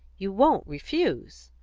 you won't refuse!